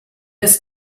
ist